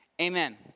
amen